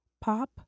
Pop